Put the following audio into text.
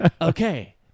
Okay